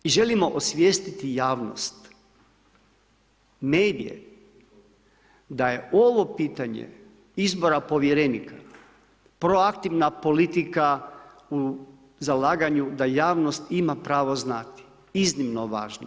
I želimo osvijestiti javnost, medije da je ovo pitanje izbora povjerenika proaktivna politika u zalaganju da javnost ima pravo znati, iznimno važno.